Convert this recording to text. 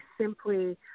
simply